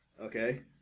Okay